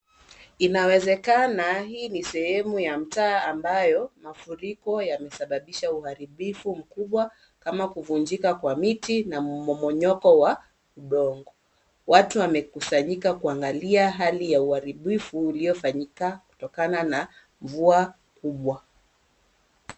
Inawezekana hii ni sehemu ya mtaa ambayo, mafuriko yamesababisha uharibufu mkubwa, kama kuvunjika kwa miti na mmomonyoko wa udongo. Watu wamekusanyika kuangalia hali ya uharibifu uliofanyika kutokana na mvua kubwa.